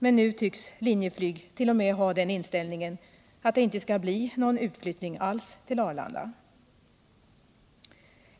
Men nu tycks Linjeflyg t.o.m. ha den inställningen att det inte skall bli någon utflyttning alls till Arlanda.